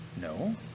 No